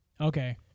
Okay